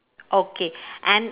okay and